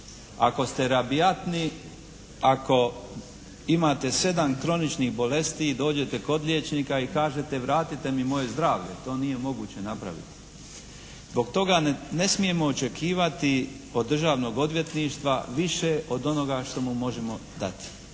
ako ste rabijatni, ako imate sedam kroničnih bolesti i dođete kod liječnika i kažete vratite mi moje zdravlje to nije moguće napraviti. Zbog toga ne smijemo očekivati od Državnog odvjetništva više od onoga što mu možemo dati.